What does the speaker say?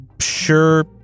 sure